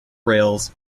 rails